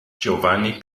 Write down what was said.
giovanni